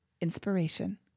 inspiration